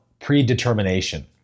predetermination